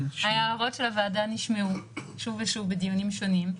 ההערות של הוועדה נשמעו שוב ושוב בדיונים שונים,